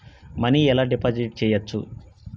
Money ఎలా deposit చేయచ్చు?